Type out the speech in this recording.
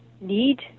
need